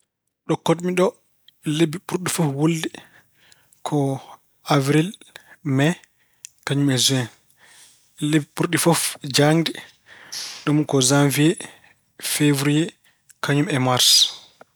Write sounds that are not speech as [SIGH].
Ɗo koɗmi ɗoo, lebbi ɓurɗi fof wulde, ko Avril, Mei, kañum e Juwe. Lebbi ɓurɗi fof jaangde [HESITATION] dum ko Janviye, Fevuriye, kañum e Maars.